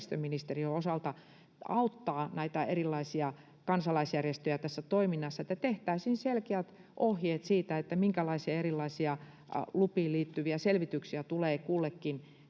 ympäristöministeriön osalta auttaa näitä erilaisia kansalaisjärjestöjä tässä toiminnassa, niin että tehtäisiin selkeät ohjeet siitä, minkälaisia erilaisia lupiin liittyviä selvityksiä tulee kullekin